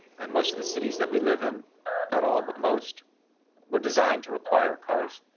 and most of the cities that we live in not all, but most were designed to require cars.